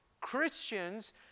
Christians